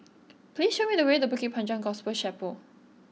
please show me the way to Bukit Panjang Gospel Chapel